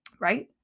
Right